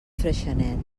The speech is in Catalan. freixenet